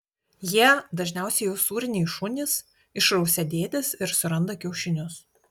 jie dažniausiai usūriniai šunys išrausia dėtis ir suranda kiaušinius